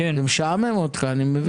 זה משעמם אותך, אני מבין.